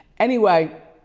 anyway,